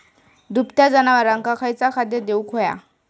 दुभत्या जनावरांका खयचा खाद्य देऊक व्हया?